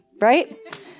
Right